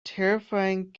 terrifying